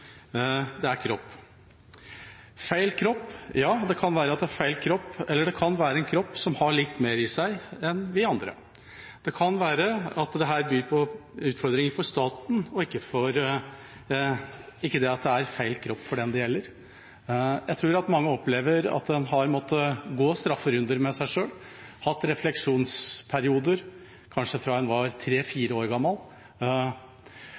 Det er kropp. Feil kropp? Ja, det kan være at det er feil kropp, eller det kan være en kropp som har litt mer i seg enn det vi andre har. Det kan være at dette byr på utfordringer for staten og ikke det at det er feil kropp for den det gjelder. Jeg tror at mange opplever å ha måttet gå strafferunder med seg selv. De kan ha hatt refleksjonsperioder kanskje fra de var